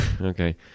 okay